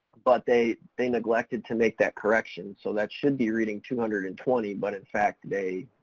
but they, they neglected to make that correction, so that should be reading two hundred and twenty, but in fact they,